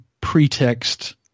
pretext